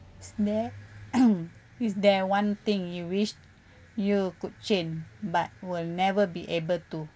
is there is there one thing you wish you could change but will never be able to